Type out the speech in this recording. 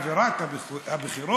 ובשם אווירת הבחירות,